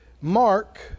Mark